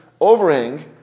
overhang